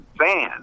fan